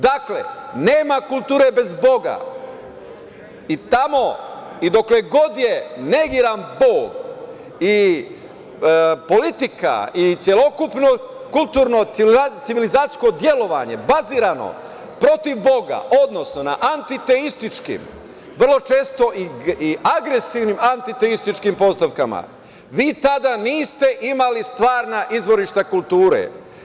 Dakle, nema kulture bez Boga i tamo i dokle god je negiran Bog i politika i celokupno kulturno civilizacijsko delovanje bazirano protiv Boga, odnosno na antiteističkim, vrlo često i agresivnim antiteističkim postavkama, vi tada niste imali stvarna izvorišta kulture.